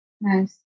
nice